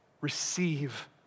receive